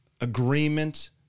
agreement